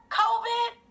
covid